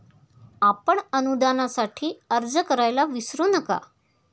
आपण अनुदानासाठी अर्ज करायला विसरू नका